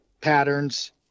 patterns